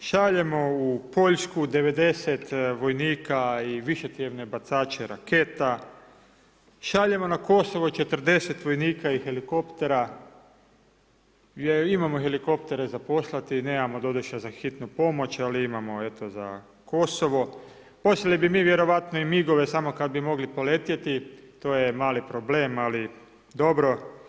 šaljemo u Poljsku 90 vojnika i višecjevne bacače raketa, šaljemo na Kosovo 40 vojnika i helikoptera, jer imamo helikoptere za poslati, nemamo doduše za Hitnu pomoć, ali imamo eto za Kosovo, poslali bi mi vjerojatno i MIG-ove samo kad bi mogli poletjeti, to je mali problem, ali dobro.